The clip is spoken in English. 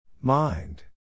Mind